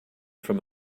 from